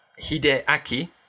Hideaki